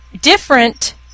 different